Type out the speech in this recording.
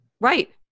Right